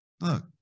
look